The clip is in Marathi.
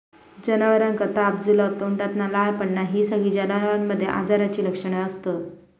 जनावरांका ताप, जुलाब, तोंडातना लाळ पडना हि सगळी जनावरांमध्ये आजाराची लक्षणा असत